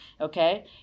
okay